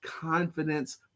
Confidence